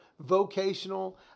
vocational